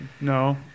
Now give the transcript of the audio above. no